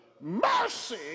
mercy